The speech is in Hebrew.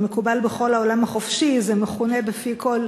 זה מקובל בכל העולם החופשי, זה מכונה בפי כול